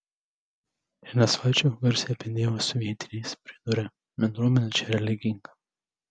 ir nesvaičiok garsiai apie dievą su vietiniais pridūrė bendruomenė čia religinga